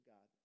God